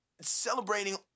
celebrating